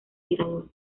tirador